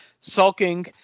sulking